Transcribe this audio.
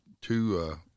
two